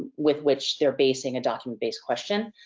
with which they're basing a document based question.